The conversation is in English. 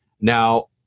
Now